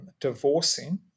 divorcing